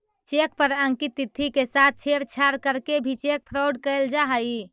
cheque पर अंकित तिथि के साथ छेड़छाड़ करके भी चेक फ्रॉड कैल जा हइ